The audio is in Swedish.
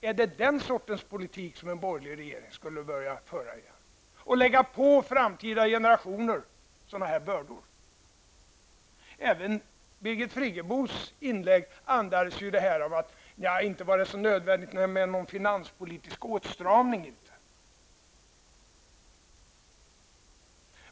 Är det den sortens politik som en borgerlig regering skall börja föra igen och lägga på framtida generationer sådana bördor? Även Birgit Friggebos inlägg andades att det inte var så nödvändigt med någon finanspolitisk åtstramning.